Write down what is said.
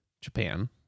Japan